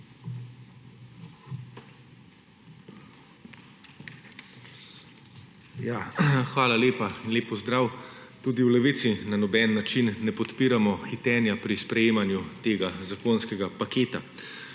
Hvala lepa. Lep pozdrav! Tudi v Levici na noben način ne podpiramo hitenja pri sprejemanju tega zakonskega paketa.